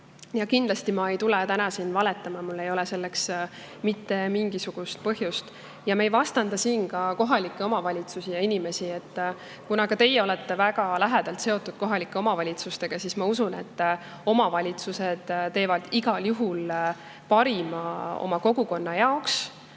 Ja kindlasti ma ei tulnud täna siia valetama, mul ei ole selleks mitte mingisugust põhjust. Ja me ei vastanda siin kohalikke omavalitsusi ja inimesi. Ka teie olete väga lähedalt seotud kohalike omavalitsustega ja ma usun, et omavalitsused teevad igal juhul parima oma kogukonna jaoks.